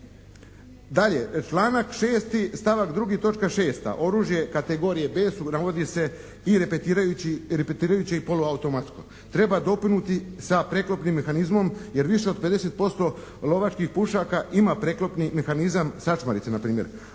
Dalje, članak 6., stavak 2., točka 6. Oružje kategorije B navodi se i repetirajući, repetirajuće i poluautomatsko. Treba … /Govornik se ne razumije./ … sa preklopnim mehanizmom jer više od 50% lovačkih pušaka ima preklopni mehanizam sačmarice na primjer.